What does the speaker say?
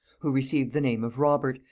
who received the name of robert,